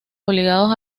obligados